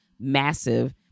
massive